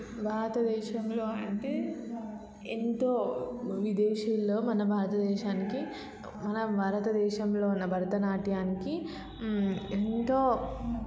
భారత దేశంలో అంటే ఎంతో విదేశీల్లో మన భారతదేశానికి మన భారత దేశంలో ఉన్న భరతనాట్యానికి ఎంతో